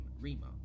Rima